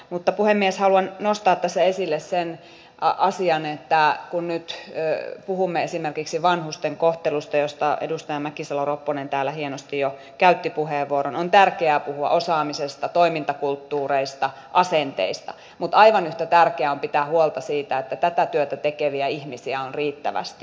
mutta puhemies haluan nostaa tässä esille sen asian että kun nyt puhumme esimerkiksi vanhusten kohtelusta josta edustaja mäkisalo ropponen täällä hienosti jo käytti puheenvuoron on tärkeää puhua osaamisesta toimintakulttuureista ja asenteista mutta aivan yhtä tärkeää on pitää huolta siitä että tätä työtä tekeviä ihmisiä on riittävästi